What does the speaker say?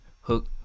hook